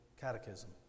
Catechism